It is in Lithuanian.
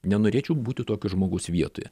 nenorėčiau būti tokio žmogaus vietoje